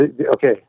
Okay